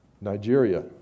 Nigeria